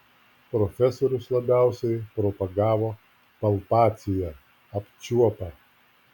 profesorius labiausiai propagavo palpaciją apčiuopą